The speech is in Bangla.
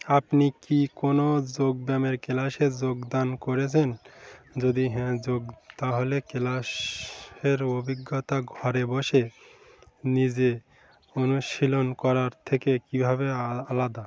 আপনি কি কোনো যোগব্যায়ামের ক্লাসে যোগদান করেছেন যদি হ্যাঁ যোগ তাহলে ক্লাসের অভিজ্ঞতা ঘরে বসে নিজে অনুশীলন করার থেকে কীভাবে আলাদা